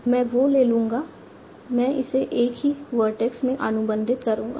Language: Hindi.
मैं वो ले लूंगा मैं इसे एक ही वर्टेक्स में अनुबंधित करूंगा